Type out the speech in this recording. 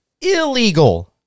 illegal